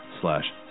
slash